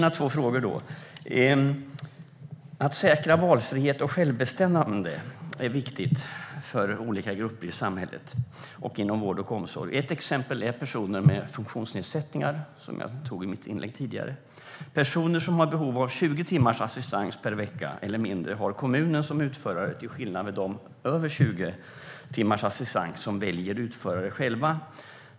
Att säkra valfrihet och självbestämmande är viktigt för olika grupper i samhället och inom vård och omsorg. Ett exempel är personer med funktionsnedsättningar, som jag tog upp i mitt anförande tidigare. Personer som har behov av 20 timmars assistans per vecka eller mindre har kommunen som utförare, till skillnad från de med behov av över 20 timmars assistans som själva väljer utförare.